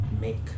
make